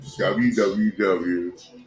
www